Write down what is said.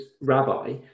rabbi